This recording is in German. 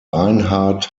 reinhard